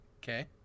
okay